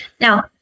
Now